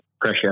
pressure